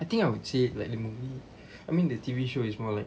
I think I would say like the movie I mean the T_V show is more like